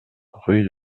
rue